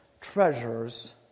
treasures